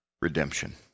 redemption